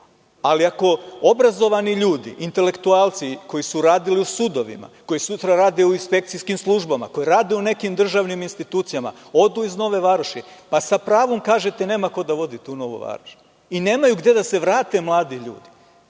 ali ako obrazovani ljudi, intelektualci, koji su radili u sudovima, koji sutra rade u inspekcijskim službama, koji rade u nekim državnim institucijama odu iz Nove Varoši, pa sa pravom kažete - nema ko da vodi tu Novu Varoš, nemaju gde da se vrate mladi ljudi